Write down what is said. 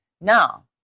Now